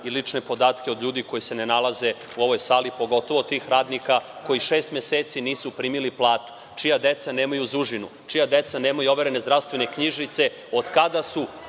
i lične podatke od ljudi koji se ne nalaze u ovoj sali, pogotovo od tih radnika koji šest meseci nisu primili platu, čija deca nemaju za užinu, čija deca nemaju overene zdravstvene knjižice od kada su